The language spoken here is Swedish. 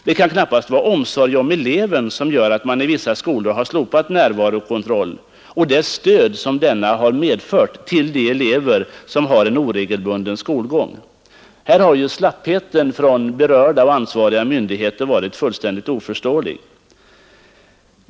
Det kan knappast vara omsorg om eleven som gör att man i vissa skolor har slopat närovarokontroll och det stöd som denna gett elever med oregelbunden skolgång. Här har slappheten från berörda ansvariga myndigheter varit fullständigt oförståelig.